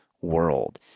world